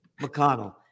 McConnell